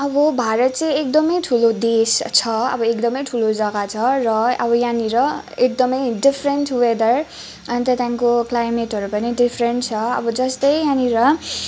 अब भारत चाहिँ एकदमै ठुलो देश छ अब एक्दमै ठुलो जग्गा छ र अब यहाँनिर एकदमै डिफ्रेन्ट वेदर अन्त त्यहाँदेखिको क्लाइमेटहरू पनि डिफ्रेन्ट छ अब जस्तै यहाँनिर